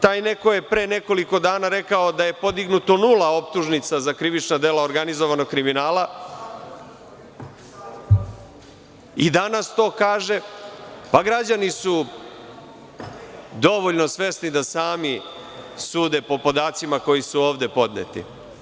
Taj neko je pre nekoliko dana rekao da je podignuto nula optužnica za krivična dela organizovanog kriminala i danas to kaže, pa građani su dovoljno svesni da sami sude po podacima koji su ovde podneti.